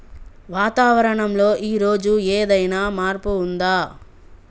వాతావరణం లో ఈ రోజు ఏదైనా మార్పు ఉందా?